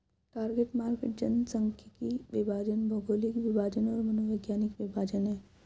target market जनसांख्यिकीय विभाजन, भौगोलिक विभाजन और मनोवैज्ञानिक विभाजन हैं